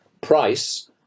price